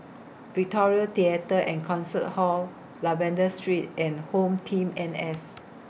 Victoria Theatre and Concert Hall Lavender Street and HomeTeam N S